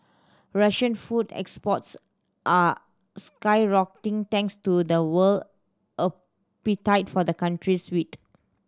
Russian food exports are skyrocketing thanks to the world appetite for the country's wheat